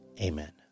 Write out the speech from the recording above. Amen